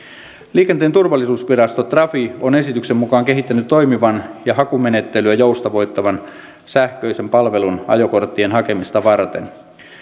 liikenteen turvallisuusvirasto trafi on esityksen mukaan kehittänyt toimivan ja hakumenettelyä joustavoittavan sähköisen palvelun ajokorttien hakemista varten